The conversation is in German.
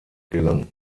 gelang